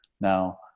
Now